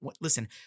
listen